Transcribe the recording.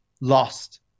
lost